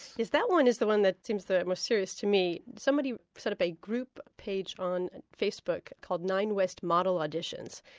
that one is the one that seems the most serious to me. somebody set up a group page on facebook called nine west model auditions,